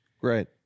Great